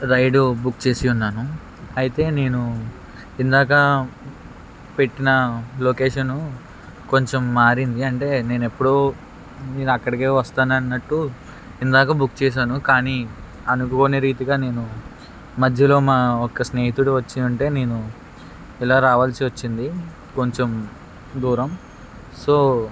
ride book చేసియున్నాను అయితే నేను ఇందాక పెట్టిన లొకేషను కొంచెం మారింది అంటే నేనెప్పుడూ నేను అక్కడికే వస్తాను అన్నట్టు ఇందాక బుక్ చేశాను కానీ అనుకోని రీతిగా నేను మధ్యలో మా ఒక్క స్నేహితుడు వచ్చి ఉంటే నేను ఇలా రావాల్సి వచ్చింది కొంచెం దూరం సో